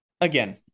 again